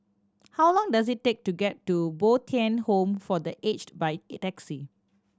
how long does it take to get to Bo Tien Home for The Aged by taxi